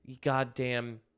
goddamn